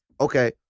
Okay